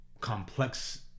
complex